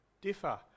differ